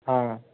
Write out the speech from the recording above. हँ